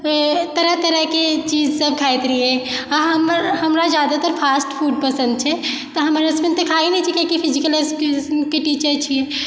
तरह तरहके चीज सब खाइत रहियइ आओर हमर हमरा जादातर फास्ट फूड पसन्द छै तऽ हमर हसबैन्ड तऽ खाइ नहि छै किएक कि फिजिकल एजुकेशनके टीचर छियै